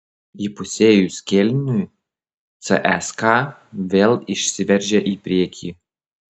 įpusėjus kėliniui cska vėl išsiveržė į priekį